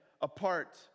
apart